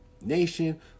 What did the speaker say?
nation